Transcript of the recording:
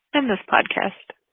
and this podcast.